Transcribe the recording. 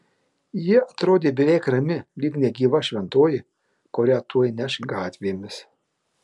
ji atrodė beveik rami lyg negyva šventoji kurią tuoj neš gatvėmis